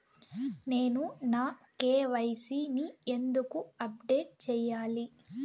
నేను నా కె.వై.సి ని ఎందుకు అప్డేట్ చెయ్యాలి?